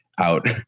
out